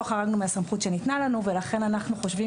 לא חרגנו מהסמכות שניתנה לנו ולכן אנחנו חושבים